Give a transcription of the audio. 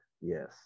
Yes